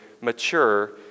mature